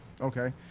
Okay